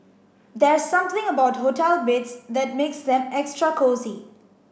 there's something about hotel beds that makes them extra cosy